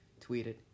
tweeted